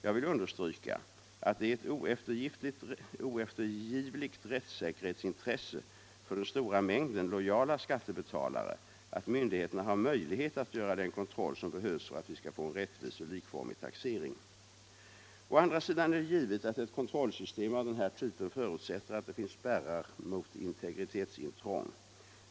Jag vill understryka att det är ett oeftergivligt rättsäkerhets — den intresse för den stora mängden lojala skattebetalare att myndigheterna har möjlighet att göra den kontroll som behövs för att vi skall få en rättvis och likformig taxering. Å andra sidan är det givet att ett kontrollsystem av den här typen förutsätter att det finns spärrar mot integritetsintrång.